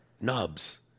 Nubs